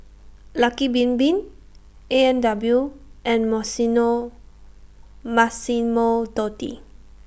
Lucky Bin Bin A and W and Massimo Dutti